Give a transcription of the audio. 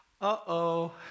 Uh-oh